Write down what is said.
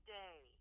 day